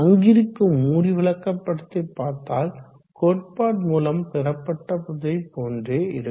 அங்கு இருக்கும் மூடி விளக்கப்படத்தை பார்த்தால் கோட்பாடு மூலமும் பெறப்பட்டதை போன்றே இருக்கும்